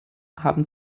haben